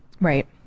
right